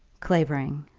clavering,